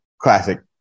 Classic